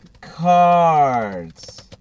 Cards